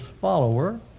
follower